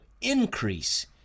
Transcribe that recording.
increase